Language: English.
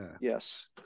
Yes